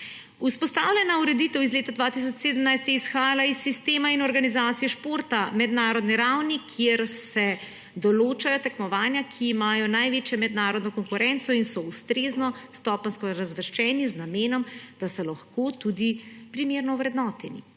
Vzpostavljena ureditev iz leta 2017 je izhajala iz sistema in organizacije športa na mednarodni ravni, kjer se določajo tekmovanja, ki imajo največjo mednarodno konkurenco in so ustrezno stopenjsko razvrščeni z namenom, da so lahko tudi primerno ovrednoteni.